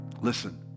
Listen